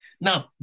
Now